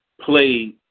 played